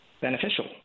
beneficial